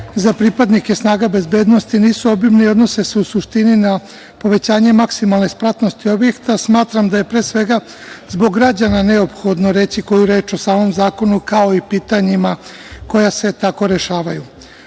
za pripadnike snaga bezbednosti nisu obimni i odnose u suštini na povećanje maksimalne spratnosti objekta. Smatram da je pre svega zbog građana neophodno reći koju reč o samom zakonu kao i pitanjima koja se tako rešavaju. Pomenutim